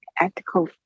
ethical